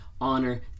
honor